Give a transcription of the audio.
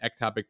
ectopic